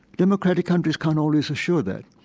democratic countries can't always assure that.